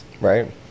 Right